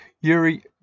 Yuri